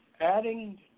Adding